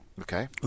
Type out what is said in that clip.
Okay